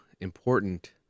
important